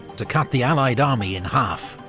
to cut the allied army in half.